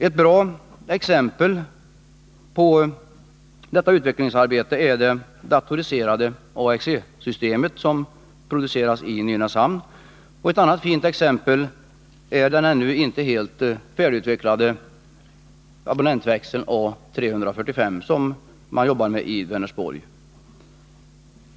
Ett bra exempel på detta utvecklingsarbete är det datoriserade AXE systemet som produceras i Nynäshamn. Ett annat fint exempel är den ännu inte färdigutvecklade abonnentväxeln A 345, som man arbetar med i Vänersborg.